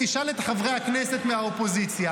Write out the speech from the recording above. תשאל את חברי הכנסת מהאופוזיציה,